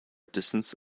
distance